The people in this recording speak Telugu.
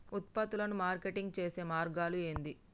ఉత్పత్తులను మార్కెటింగ్ చేసే మార్గాలు ఏంది?